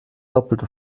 doppelte